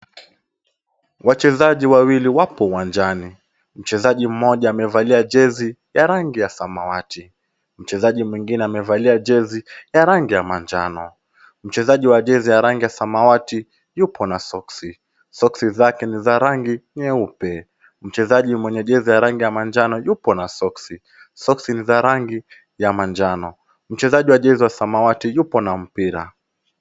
Wachezaji wawili wapo uwanjani, mchezaji mmoja amevalia jezi ya rangi ya samawati, mchezaji mwingine amevalia jezi ya rangi ya manjano. Mchezaji wa jezi ya rangi ya samawati yupo na soksi, soksi zake ni za rangi nyeupe. Mchezaji mwenye jezi ya rangi ya manjano yupo na soksi, soksi ni za rangi ya manjano. Mchezaji wa jezi wa samawati yupo na mpira.